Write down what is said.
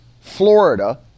Florida